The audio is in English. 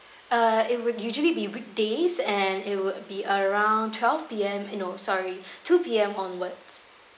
uh it would usually be weekdays and it would be around twelve P_M err no sorry two P_M onwards